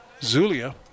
Zulia